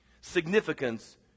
Significance